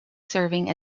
serving